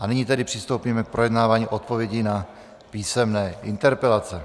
A nyní tedy přistoupíme k projednávání odpovědí na písemné interpelace.